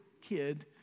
kid